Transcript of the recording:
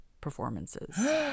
performances